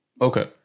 okay